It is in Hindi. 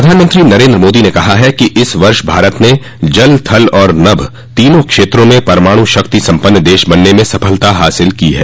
प्रधानमंत्री नरेन्द्र मोदो ने कहा है कि इस वर्ष भारत ने जल थल और नभ तीनों क्षेत्रों में परमाणु शक्ति सम्पन्न देश बनने में सफलता हासिल की है